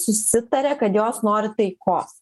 susitarė kad jos nori taikos